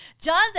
John's